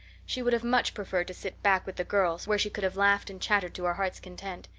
she would have much preferred to sit back with the girls, where she could have laughed and chattered to her heart's content.